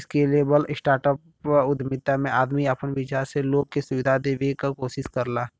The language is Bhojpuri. स्केलेबल स्टार्टअप उद्यमिता में आदमी आपन विचार से लोग के सुविधा देवे क कोशिश करला